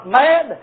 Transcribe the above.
mad